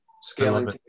Scaling